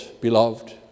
beloved